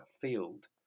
field